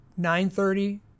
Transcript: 9.30